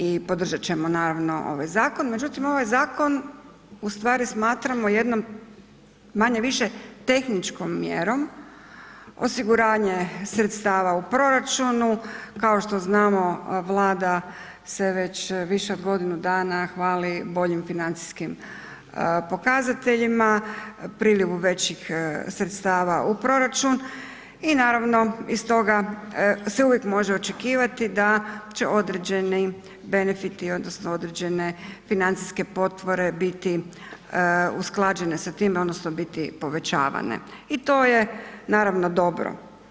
I podržat ćemo naravno ovaj zakon, međutim ovaj zakon ustvari smatramo jednom manje-više tehničkom mjerom, osiguranje sredstava u proračunu, kao što znamo Vlada se već više od godinu dana hvali boljim financijskim pokazateljima, priljevu većih sredstava u proračun i naravno iz toga se uvijek može očekivati da će određeni benefiti odnosno određene financijske potpore biti usklađene sa tim odnosno biti povećavane i to je naravno dobro.